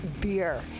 beer